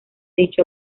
dicho